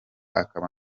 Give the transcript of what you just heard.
akaba